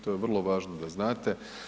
To je vrlo važno da znate.